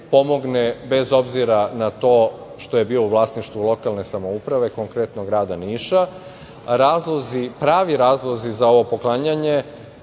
bez obzira na to što je bio u vlasništvu lokalne samouprave, konkretno grada niša. Pravi razlozi za ovo poklanjanje